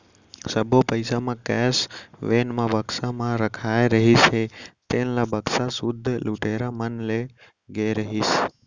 सब्बो पइसा म कैस वेन म बक्सा म रखाए रहिस हे तेन ल बक्सा सुद्धा लुटेरा मन ले गे रहिस